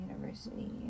university